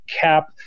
cap